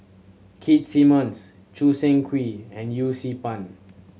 Keith Simmons Choo Seng Quee and Yee Siew Pun